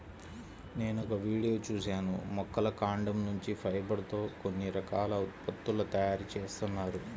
నేనొక వీడియో చూశాను మొక్కల కాండం నుంచి ఫైబర్ తో కొన్ని రకాల ఉత్పత్తుల తయారీ జేత్తన్నారు